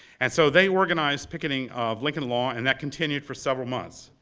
and so they organized picketing of lincoln law, and that continued for several months.